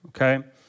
okay